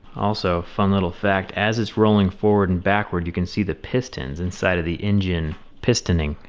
also, fun little fact, as it's rolling forward and backward, you can see the pistons inside of the engine pistoning.